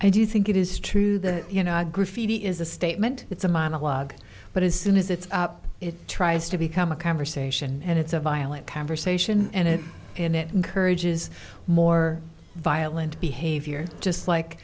i do think it is true that you know i grew phoebe is a statement it's a monologue but as soon as it's up it tries to become a conversation and it's a violent conversation and it and it encourages more violent behavior just like